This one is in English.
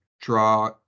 draw